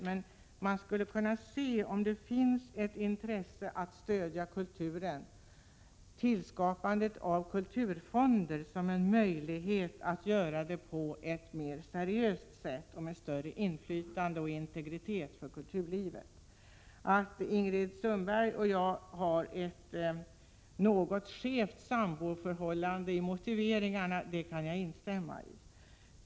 Men man skulle kanske se om det finns ett intresse av att stödja kulturen. Tillskapandet av kulturfonder skulle vara en möjlighet att stödja på ett mer seriöst sätt och med större inflytande och integritet för kulturlivet. Att Ingrid Sundberg och jag har ett något skevt samboförhållande när det gäller motiveringarna kan jag instämma i.